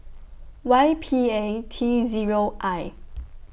Y P A T Zero I